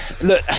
look